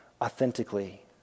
authentically